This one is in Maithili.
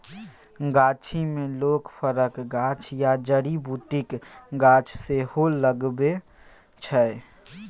गाछी मे लोक फरक गाछ या जड़ी बुटीक गाछ सेहो लगबै छै